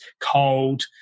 cold